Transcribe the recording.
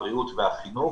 החינוך והבריאות,